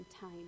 time